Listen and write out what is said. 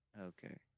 Okay